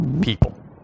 people